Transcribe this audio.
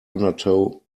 undertow